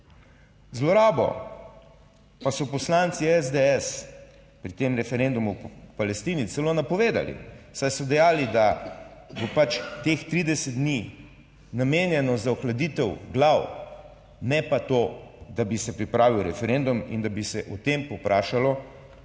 Zlorabo pa so poslanci SDS pri tem referendumu o Palestini celo napovedali, saj so dejali, da bo pač teh 30 dni namenjeno za ohladitev glav, ne pa to, da bi se pripravil referendum in da bi se o tem povprašalo naše